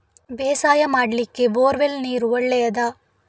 ಬೇಸಾಯ ಮಾಡ್ಲಿಕ್ಕೆ bore well ನೀರು ಒಳ್ಳೆಯದಾ?